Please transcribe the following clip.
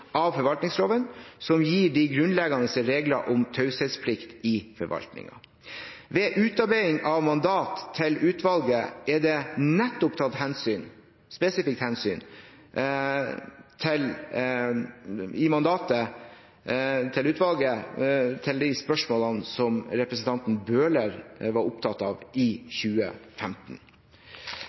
av forvaltningsloven, som gir de grunnleggende reglene om taushetsplikt i forvaltningen. Ved utarbeiding av mandatet til utvalget er det tatt spesifikt hensyn til nettopp de spørsmålene representanten Bøhler var opptatt av i 2015.